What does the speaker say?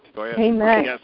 Amen